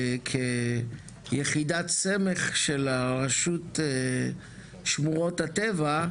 כיחידת סמך של הרשות לשמורות הטבע,